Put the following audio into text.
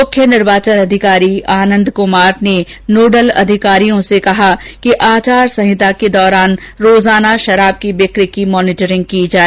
मुख्य निर्वाचन अधिकारी आनंद कुमार ने नोडल अधिकारियों से कहा कि आचार संहिता के दौरान रोजाना शराब की बिकी की मॉनीटरिंग भी की जाए